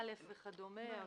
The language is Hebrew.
א וכדומה,